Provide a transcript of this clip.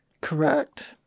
Correct